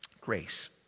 Grace